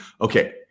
Okay